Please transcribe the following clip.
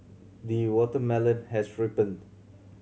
the watermelon has ripened